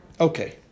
Okay